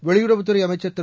வெளியுறவுத்துறை அமைச்சர் திரு